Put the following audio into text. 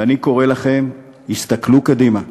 ואני קורא לכם: הסתכלו קדימה.